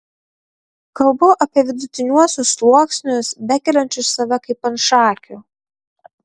kalbu apie vidutiniuosius sluoksnius bekeliančius save kaip ant šakių